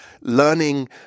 learning